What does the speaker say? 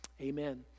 amen